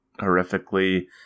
horrifically